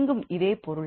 இங்கும் அதே பொருள்